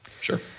Sure